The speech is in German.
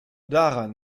daran